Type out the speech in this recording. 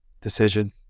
decision